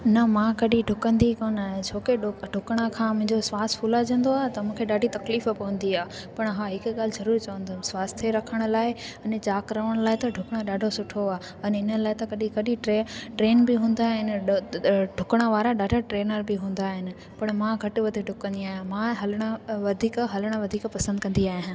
न मां कॾी डुकंदी कोन आहियां छोकी डुकण खां मुंहिंजो सासु फूलाए जंदो आहे त मूंखे ॾाढी तकलीफ़ु पवंदी आहे पण हा हिकु ॻाल्हि ज़रूरु चवंदमि स्वाथ्य रखण लाइ अने चाक़ु रहण लाइ त डुकण ॾाढो सुठो आहे अने इन लाइ त कॾी कॾी ट्रे ट्रेंड बि हूंदा आहिनि डुकण वारा ॾाढा ट्रेनर बि हूंदा आहिनि पण मां घटि वधि डुकंदी आहियां मां हलणु वधीक हलणु वधीक पसंदि कंदी आहियां